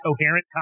coherent